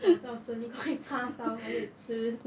早知道生一个叉烧还可以吃